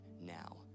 now